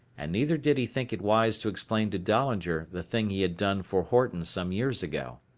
and neither did he think it wise to explain to dahlinger the thing he had done for horton some years ago.